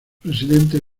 presidente